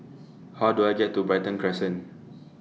How Do I get to Brighton Crescent